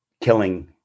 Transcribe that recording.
killing